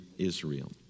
Israel